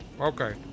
Okay